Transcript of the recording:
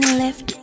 left